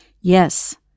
yes